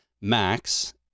Max